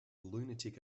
lunatic